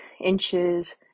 inches